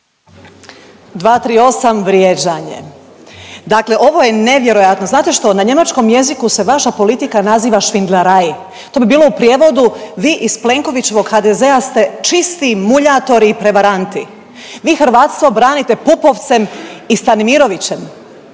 238. vrijeđanje, dakle ovo je nevjerojatno. Znate što na njemačkom jeziku se vaša politika naziva schwindlerei, to bi bilo u prijevodu vi iz Plenkovićevog HDZ-a ste čisti muljatori i prevaranti. Vi hrvatstvo branite Pupovcem i Stanimirovićem,